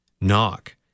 Knock